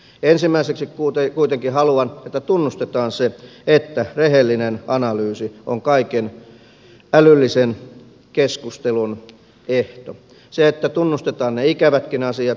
ensimmäiseksi kuitenkin haluan että tunnustetaan se että rehellinen analyysi on kaiken älyllisen keskustelun ehto se että tunnustetaan ne ikävätkin asiat